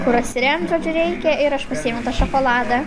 kur atsiremt žodžiu reikia ir aš pasiėmiau tą šokoladą